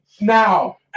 now